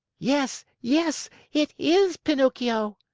yes, yes! it is pinocchio!